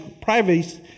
privacy